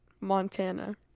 Montana